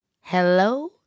Hello